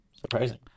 Surprising